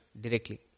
directly